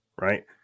Right